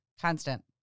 Constant